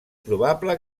probable